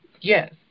Yes